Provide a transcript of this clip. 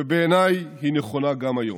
ובעיניי היא נכונה גם היום.